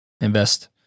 invest